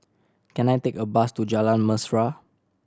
can I take a bus to Jalan Mesra